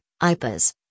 IPAS